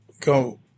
go